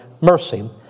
mercy